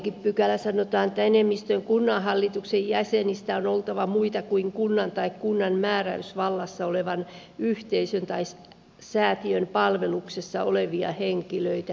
siinä sanotaan että enemmistön kunnanhallituksen jäsenistä on oltava muita kuin kunnan tai kunnan määräysvallassa olevan yhteisön tai säätiön palveluksessa olevia henkilöitä